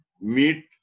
meet